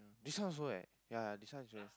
this one also eh ya this one also